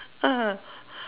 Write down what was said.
ah